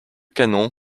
canons